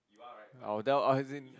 I will tell ah as in